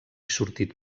sortit